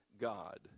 God